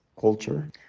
culture